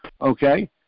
okay